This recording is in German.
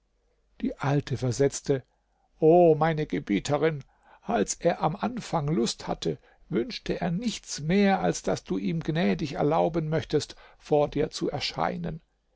die alte versetzte o meine gebieterin als er am anfang lust hatte wünschte er nichts mehr als daß du ihm gnädig erlauben möchtest vor dir zu erscheinen